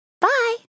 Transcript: Bye